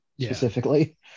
specifically